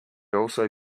also